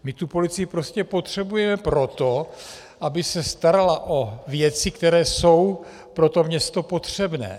My tu policii prostě potřebujeme proto, aby se starala o věci, které jsou pro to město potřebné.